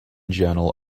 journal